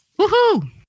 Woohoo